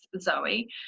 Zoe